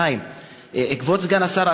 2. סגן השר,